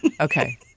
Okay